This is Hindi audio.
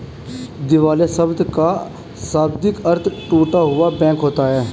दिवालिया शब्द का शाब्दिक अर्थ टूटा हुआ बैंक होता है